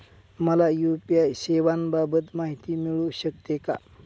मला यू.पी.आय सेवांबाबत माहिती मिळू शकते का?